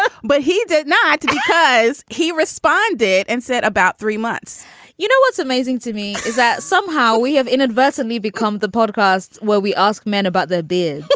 ah but he did not because he responded and said about three months you know, what's amazing to me is that somehow we have inadvertently become the podcast where we ask men about the business.